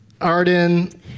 Arden